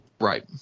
Right